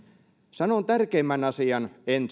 sanon tärkeimmän asian